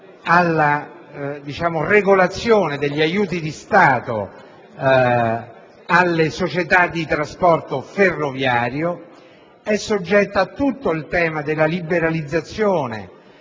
alla regolazione della aiuti di Stato alle società di trasporto ferroviario. Essa è poi soggetta a tutto il processo di liberalizzazione